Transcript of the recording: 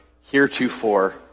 heretofore